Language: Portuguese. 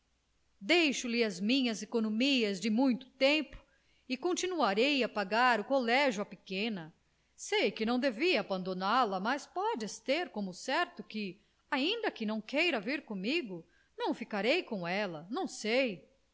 e tua mulher deixo lhe as minhas economias de muito tempo e continuarei a pagar o colégio à pequena sei que não devia abandoná la mas podes ter como certo que ainda que não queiras vir comigo não ficarei com ela não sei